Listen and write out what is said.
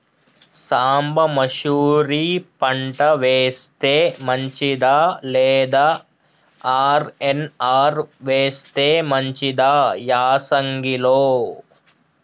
సాంబ మషూరి పంట వేస్తే మంచిదా లేదా ఆర్.ఎన్.ఆర్ వేస్తే మంచిదా యాసంగి లో?